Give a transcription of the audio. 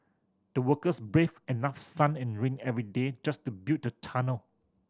the workers braved enough sun and rain every day just to build the tunnel